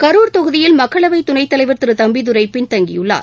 கரூர் தொகுதியில் மக்களவை துணைத்தலைவர் திரு தம்பிதுரை பின்தங்கியுள்ளார்